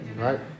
right